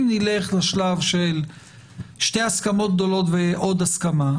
אם נלך לשלב של שתי הסכמות גדולות ועוד הסכמה,